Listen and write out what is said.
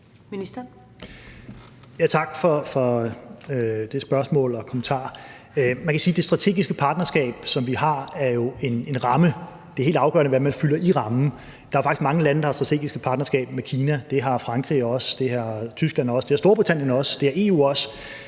Tak for det spørgsmål og den kommentar. Man kan sige, at det strategiske partnerskab, som vi har, jo er en ramme. Det er helt afgørende, hvad man fylder i rammen. Der er faktisk mange lande, der har strategisk partnerskab med Kina. Det har Frankrig også, det har Tyskland også,